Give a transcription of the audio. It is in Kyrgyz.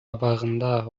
абагында